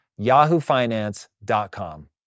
yahoofinance.com